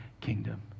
kingdom